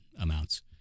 amounts